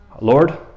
Lord